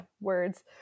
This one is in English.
Words